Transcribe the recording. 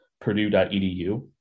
purdue.edu